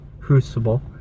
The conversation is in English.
Crucible